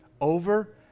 over